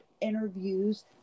interviews